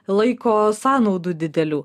laiko sąnaudų didelių